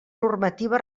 normativa